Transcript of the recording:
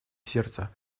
сердца